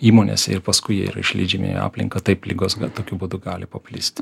įmonėse ir paskui jie yra išleidžiami į aplinką taip ligos tokiu būdu gali paplisti